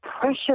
pressure